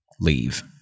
Leave